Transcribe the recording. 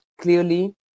clearly